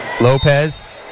Lopez